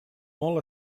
molt